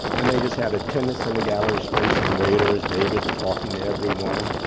and they just had attendants in the gallery space, and waiters. david's talking to everyone.